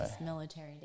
Military